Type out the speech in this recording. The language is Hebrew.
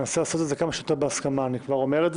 ננסה לעשות את זה כמה שיותר בהסכמה, אני כבר אומר.